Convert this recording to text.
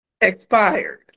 Expired